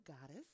goddess